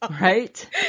right